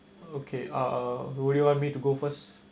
okay uh would you want me to go first